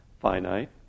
finite